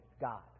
God